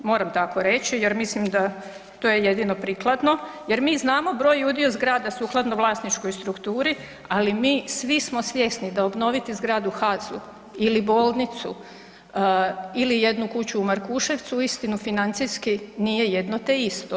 Moram tako reći jer mislim da to je jedino prikladno, jer mi znamo broj i udio zgrada sukladno vlasničkoj strukturi, ali mi svi smo svjesni da obnoviti zgradu HAZU ili bolnicu ili jednu kuću u Markuševcu uistinu financijski nije jedno te isto.